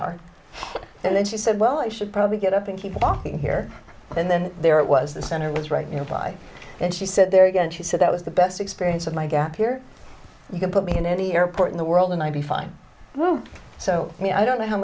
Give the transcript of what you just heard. hour and then she said well i should probably get up and people walking here and then there it was the center was right near by and she said there again she said that was the best experience of my gap here you can put me in any airport in the world and i'd be fine so i mean i don't know how